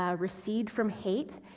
ah recede from hate,